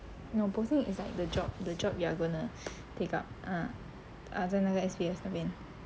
no posting is like the job the job you are gonna take up ah 在那个 S_P_F 那边